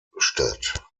statt